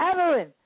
Evelyn